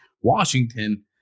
Washington